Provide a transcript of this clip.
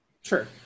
Sure